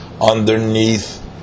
Underneath